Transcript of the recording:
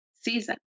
season